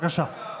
בבקשה.